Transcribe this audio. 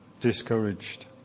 discouraged